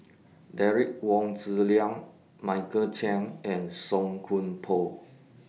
Derek Wong Zi Liang Michael Chiang and Song Koon Poh